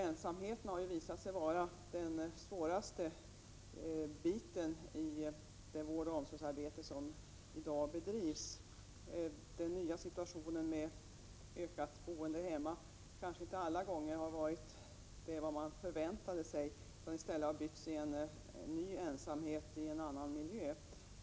Ensamheten har ju visat sig vara den svåraste biten i det vårdoch omsorgsarbete som i dag bedrivs. Den nya situationen med ökat inslag av boende hemma kanske inte alla gånger har varit vad man förväntade sig; tillvaron har i stället bytts i en ny ensamhet i en annan miljö.